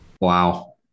wow